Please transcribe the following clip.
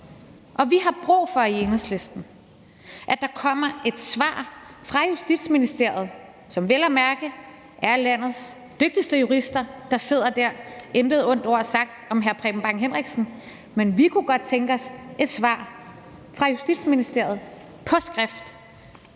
Vi har brug for i Enhedslisten, at der kommer et svar fra Justitsministeriet, hvor det vel at mærke er landets dygtigste jurister, der sidder – intet ondt ord sagt om hr. Preben Bang Henriksen. Men vi kunne godt tænke os et svar fra Justitsministeriet på skrift.